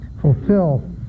fulfill